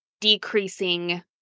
decreasing